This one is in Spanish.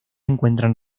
encuentran